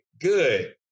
good